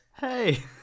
Hey